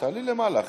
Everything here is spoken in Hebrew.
תעלי למעלה.